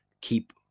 keep